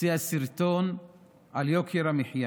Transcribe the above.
הוציאה סרטון על יוקר המחיה.